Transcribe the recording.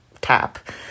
tap